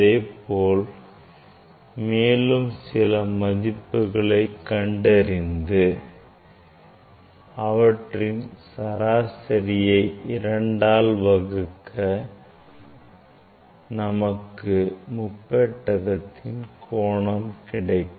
இதுபோல் மேலும் சில மதிப்புகளை கண்டறிந்து அவற்றின் சராசரியை இரண்டால் வகுக்க நமக்கு முப்பெட்டகத்தின் கோணம் கிடைக்கும்